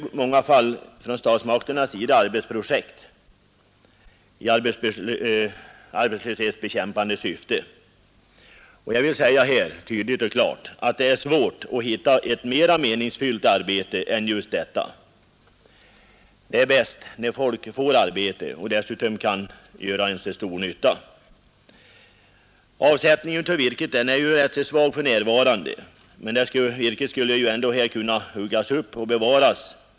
Stutsmakterna söker ju i manga fall arbetsprojekt i arbetslöshetsbekämpande syfte. Jag vill säga tydligt och klart att det är svärt att hitta ett mera meningsfyllt arbete än just detta. Det är bäst när människorna får arbete och dessutom kan göra så stor nytta. Avsättningen av virket är visserligen svag för närvarande, men virket skulle kunna huggas upp och hevaras.